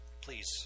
please